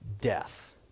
death